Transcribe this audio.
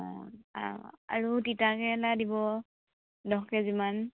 অ অ আৰু তিতাকেৰেলা দিব দহ কেজিমান